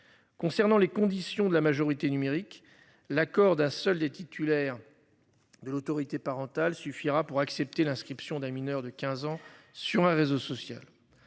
Concernant les conditions de la majorité numérique l'accord d'un seul des titulaires. De l'autorité parentale suffira pour accepter l'inscription d'un mineur de 15 ans sur un réseau social.